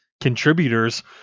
contributors